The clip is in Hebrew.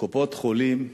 קופות-חולים,